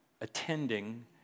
attending